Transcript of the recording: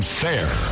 fair